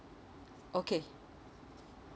okay